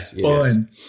Fun